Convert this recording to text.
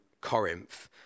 Corinth